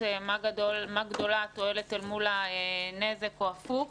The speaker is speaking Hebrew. מה גדולה התועלת אל מול הנזק או הפוך.